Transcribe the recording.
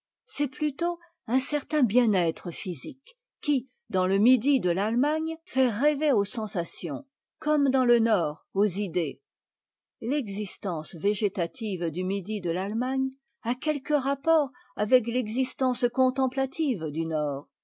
c'est plutôt un certain bien-être physique qui dans le midi de l'allemagne fait rêver aux sensations comme dans le nord aux idées l'existence végétative du midi de l'allemagne a quelques rapports avec l'existence contemplative du nord